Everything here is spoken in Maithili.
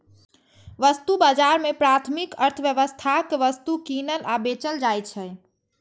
वस्तु बाजार मे प्राथमिक अर्थव्यवस्थाक वस्तु कीनल आ बेचल जाइ छै